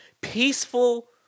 peaceful